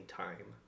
time